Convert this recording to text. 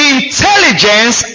Intelligence